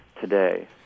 today